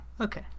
Okay